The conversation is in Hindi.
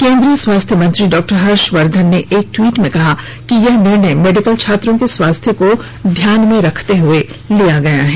केंद्रीय स्वास्थ्य मंत्री डॉक्टर हर्षवर्धन ने एक ट्वीट में कहा कि यह निर्णय मेडिकल छात्रों के स्वास्थ्य को ध्यान में रखते हुए लिया गया है